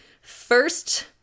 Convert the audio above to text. first